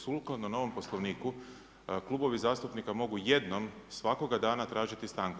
Sukladno novom Poslovniku, klubovi zastupnika mogu jednom svakog dana tražiti stanku.